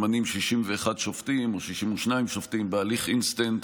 אז ממנים 61 שופטים או 62 שופטים בהליך אינסטנט